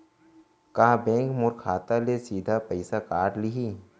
का बैंक मोर खाता ले सीधा पइसा काट लिही?